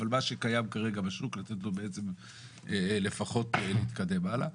אבל מה שקיים היום בשוק לתת לו בעצם לפחות להתקדם הלאה.